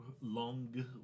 long